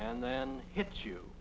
and then hits you